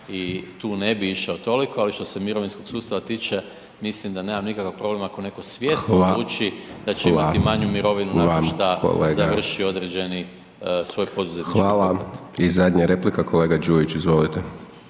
i tu ne bi išao toliko ali što se mirovinskog sustava tiče mislim da nemam nikakav problem ako netko svjesno odluči da će imati manju mirovinu nego što završi određeni svoj poduzetnički .../Govornik se ne razumije./...